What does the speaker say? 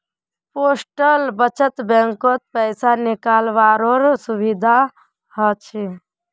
postal बचत बैंकत पैसा निकालावारो सुविधा हछ